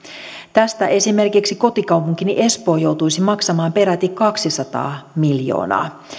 tästä esimerkiksi kotikaupunkini espoo joutuisi maksamaan peräti kaksisataa miljoonaa